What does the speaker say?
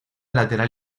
lateral